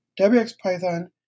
WXPython